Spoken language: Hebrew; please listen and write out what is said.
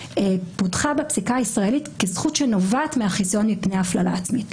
פותחה בפסיקה הישראלית כזכות שנובעת מהחיסיון מפני הפללה עצמית.